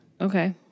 Okay